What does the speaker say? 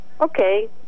Okay